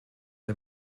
der